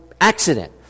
accident